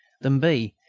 than b,